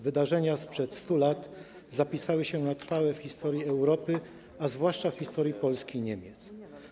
Wydarzenia sprzed 100 lat zapisały się na trwałe w historii Europy, a zwłaszcza w historii Polski i Niemiec.